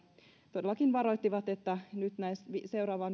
todellakin varoittivat että nyt seuraavan